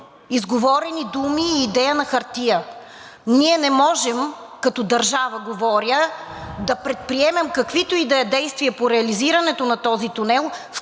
изговорени думи и идея на хартия. Ние не можем – като държава говоря, да предприемем каквито и да е действия по реализирането на този тунел,